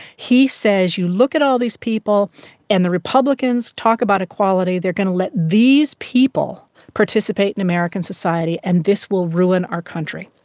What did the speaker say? he says you look at all these people and the republicans talk about equality, they are going to let these people participate in american society and this will ruin our country.